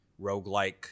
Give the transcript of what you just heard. roguelike